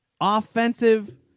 offensive